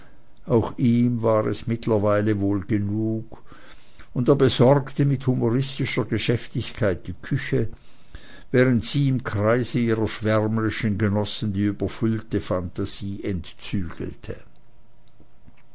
auch ihm war es mittlerweile wohl genug und er besorgte mit humoristischer geschäftigkeit die küche während sie im kreise ihrer schwärmerischen genossen die überfüllte phantasie